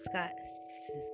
Scott